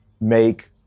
make